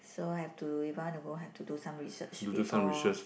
so I have to if want to go have to do some research before